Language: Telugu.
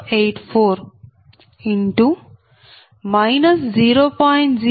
0832 0